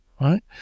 right